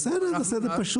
בסדר, נעשה את זה פשוט.